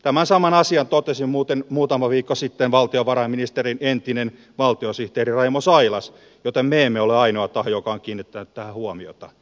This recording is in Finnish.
tämän saman asian totesi muuten muutama viikko sitten valtionvarainministeriön entinen valtiosihteeri raimo sailas joten me emme ole ainoa taho joka on kiinnittänyt tähän huomiota